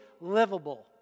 livable